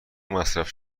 مصرف